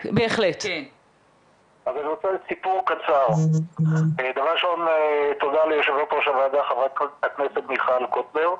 דבר ראשון תודה ליו"ר הוועדה ח"כ מיכל קוטלר.